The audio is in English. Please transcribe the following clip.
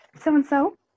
so-and-so